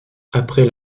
après